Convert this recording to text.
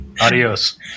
Adios